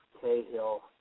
Cahill